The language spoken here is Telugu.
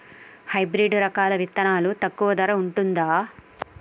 హైబ్రిడ్ రకాల విత్తనాలు తక్కువ ధర ఉంటుందా?